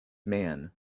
man